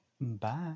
Bye